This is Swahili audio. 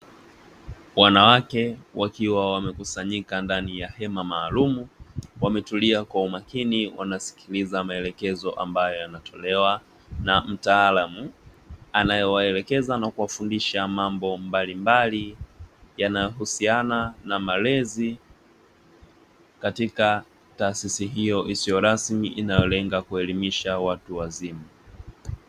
Wanawake wakiwa wamekusanyika ndani ya hema maalum, wametulia kwa umakini wanasikiliza maelekezo ambayo yanatolewa na mtaalamu anayewaelekeza na kuwafundisha mambo mbalimbali yanayohusiana na malezi katika taasisi hiyo isiyo rasmi inayolenga kuelimisha watu wazima.